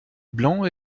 blanc